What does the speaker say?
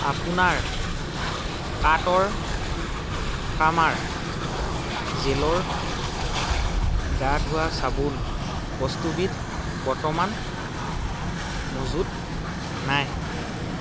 আপোনাৰ কাৰ্টৰ ফ্লামাৰ জেলৰ গা ধোৱা চাবোন বস্তুবিধ বৰ্তমান মজুত নাই